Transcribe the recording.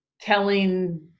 telling